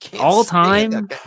All-time